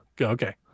Okay